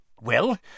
Well